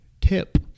tip